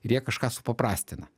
ir jie kažką supaprastina